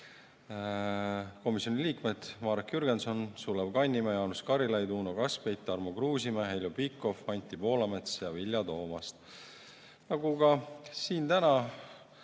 komisjoni liikmed Marek Jürgenson, Sulev Kannimäe, Jaanus Karilaid, Uno Kaskpeit, Tarmo Kruusimäe, Heljo Pikhof, Anti Poolamets ja Vilja Toomast. Nagu siin täna